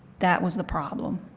that was the problem.